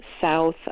South